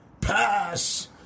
pass